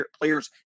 players